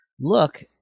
look